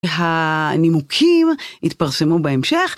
הנימוקים התפרסמו בהמשך.